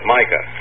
Micah